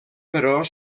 però